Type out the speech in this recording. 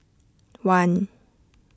one